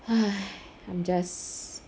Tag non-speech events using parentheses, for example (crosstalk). (noise) I'm just